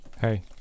Hey